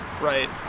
right